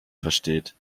versteht